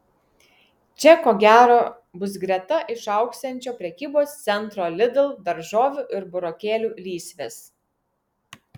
čia ko gero bus greta išaugsiančio prekybos centro lidl daržovių ir burokėlių lysvės